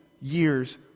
years